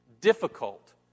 difficult